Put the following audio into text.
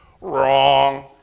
Wrong